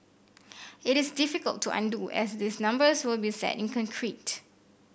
it is difficult to undo as these numbers will be set in concrete